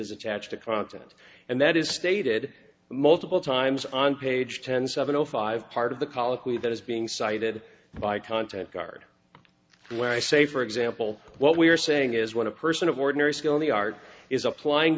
as attached to content and that is stated multiple times on page ten seven zero five part of the colloquy that is being cited by content guard when i say for example what we are saying is when a person of ordinary skill in the art is applying